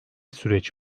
süreç